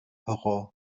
horror